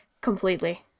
completely